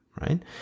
right